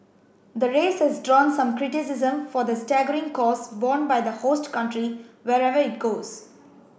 the race has drawn some criticism for the staggering costs borne by the host country wherever it goes